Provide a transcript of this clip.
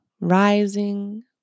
rising